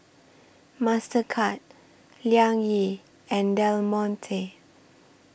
Mastercard Liang Yi and Del Monte